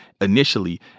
initially